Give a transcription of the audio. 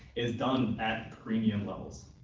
is done at premium levels.